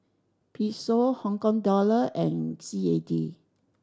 Peso Hong Kong Dollar and C A D